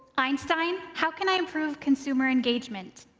einstein, how can i improve consumer engagement?